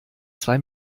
zwei